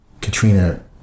Katrina